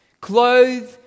clothe